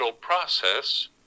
process